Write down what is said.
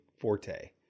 forte